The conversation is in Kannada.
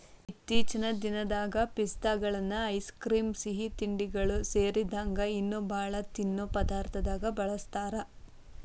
ಇತ್ತೇಚಿನ ದಿನದಾಗ ಪಿಸ್ತಾಗಳನ್ನ ಐಸ್ ಕ್ರೇಮ್, ಸಿಹಿತಿಂಡಿಗಳು ಸೇರಿದಂಗ ಇನ್ನೂ ಬಾಳ ತಿನ್ನೋ ಪದಾರ್ಥದಾಗ ಬಳಸ್ತಾರ